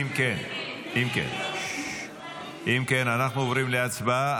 אם כן, אנחנו עוברים להצבעה.